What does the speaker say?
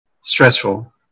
stressful